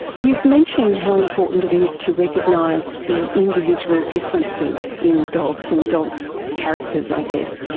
you've mentioned how important it is to recognise the individual differences in dogs and dogs' characters i guess,